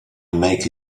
make